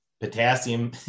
Potassium